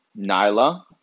Nyla